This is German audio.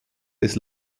der